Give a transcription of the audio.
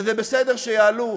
וזה בסדר שיעלו,